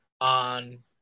on